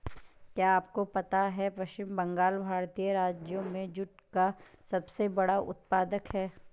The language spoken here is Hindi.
क्या आपको पता है पश्चिम बंगाल भारतीय राज्यों में जूट का सबसे बड़ा उत्पादक है?